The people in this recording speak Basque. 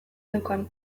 neukan